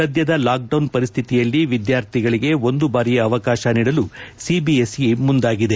ಸದ್ದದ ಲಾಕ್ಡೌನ್ ಪರಿಸ್ಥಿತಿಯಲ್ಲಿ ವಿದ್ಲಾರ್ಥಿಗಳಿಗೆ ಒಂದು ಬಾರಿಯ ಅವಕಾಶ ನೀಡಲು ಸಿಬಿಎಸ್ಇ ಮುಂದಾಗಿದೆ